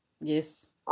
Yes